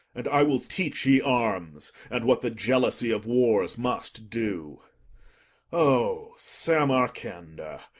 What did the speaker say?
and i will teach ye arms, and what the jealousy of wars must do o samarcanda,